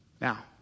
Now